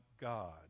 God